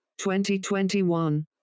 2021